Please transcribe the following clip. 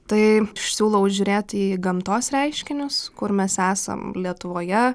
tai siūlau žiūrėti į gamtos reiškinius kur mes esam lietuvoje